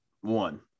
One